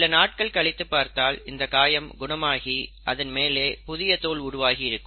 சில நாட்கள் கழித்து பார்த்தால் இந்த காயம் குணமாகி அதன்மேலே புதியதோல் உருவாகி இருக்கும்